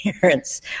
parents